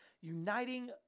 uniting